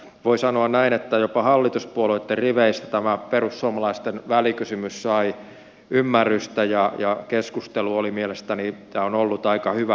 voi sanoa näin että jopa hallituspuolueitten riveissä tämä perussuomalaisten välikysymys sai ymmärrystä ja keskustelu on mielestäni ollut aika hyvähenkistä